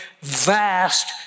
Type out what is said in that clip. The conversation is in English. vast